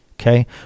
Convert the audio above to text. Okay